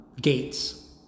Gates